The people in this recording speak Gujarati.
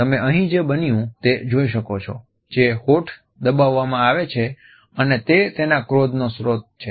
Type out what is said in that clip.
તમે અહીં જે બન્યું તે જોઈ શકો છો જે હોઠ દબાવવામાં આવે છે અને તે તેના ક્રોધનો સ્ત્રોત છે